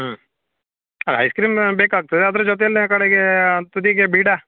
ಹ್ಞೂ ಅಲ್ಲ ice cream ಬೇಕಾಗ್ತದೆ ಅದ್ರ ಜೊತೆಯಲ್ಲಿ ಕಡೆಗೆ ತುದಿಗೆ ಬೀಡಾ